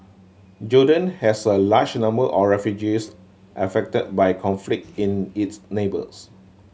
Jordan has a large number refugees affected by conflict in its neighbours